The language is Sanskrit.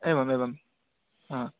एवम् एवं हा